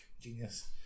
genius